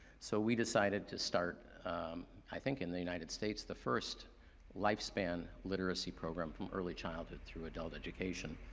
so we decided to start i think in the united states, the first lifespan literacy program from early childhood through adult education.